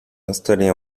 installés